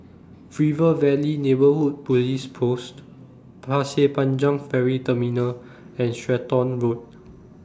River Valley Neighbourhood Police Post Pasir Panjang Ferry Terminal and Stratton Road